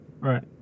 Right